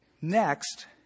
Next